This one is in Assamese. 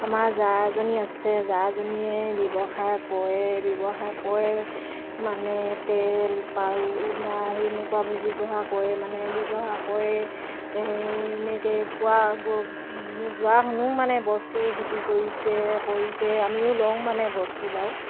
আমাৰ জা এজনী আছে জাজনীয়ে ব্যৱসায় কৰে ব্যৱসায় কৰে মানে তেল পাউদাৰ সেনেকুৱাবোৰ ব্যৱসায় কৰে মানে ব্যৱসায় কৰে সেনেকৈ কোৱা যোৱা শুনো মানে বস্তু বিক্ৰী কৰিছে কৰিছে আমিও লওঁ মানে বস্তু বাও